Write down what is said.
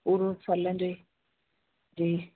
पूरो फ़लनि जो ई जी